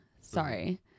sorry